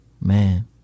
Man